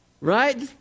Right